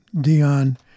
Dion